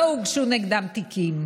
לא הוגשו נגדם כתבי אישום.